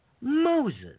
Moses